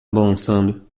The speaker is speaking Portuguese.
balançando